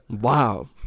Wow